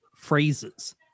phrases